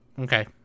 Okay